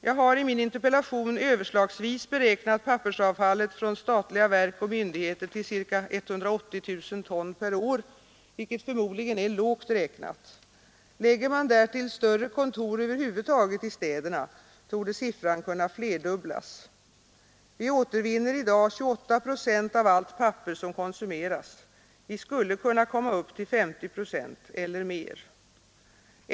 Jag har i min interpellation överslagsvis beräknat pappersavfallet från statliga verk och myndigheter till ca 180 000 ton per år, vilket förmodligen är lågt räknat. Lägger man därtill större kontor över huvud taget i städerna, torde siffran kunna flerdubblas. Vi återvinner i dag 28 procent av allt papper som konsumeras. Vi skulle kunna komma upp till 50 procent eller mer.